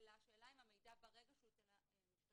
אני חושבת שמי שצריך להעביר לו או לאפשר לו את הצפייה